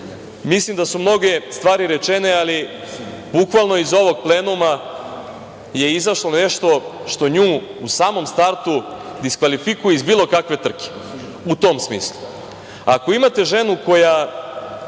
mislim da su mnoge stvari rečene, ali bukvalno iz ovog plenuma je izašlo nešto što u samom startu nju diskvalifikuje iz bilo kakve trke u tom smislu. Ako imate ženu koja